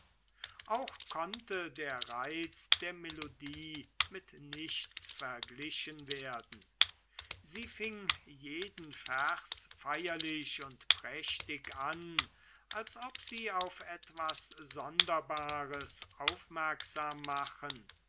auch konnte der reiz der melodie mit nichts verglichen werden sie fing jeden vers feierlich und prächtig an als ob sie auf etwas sonderbares aufmerksam machen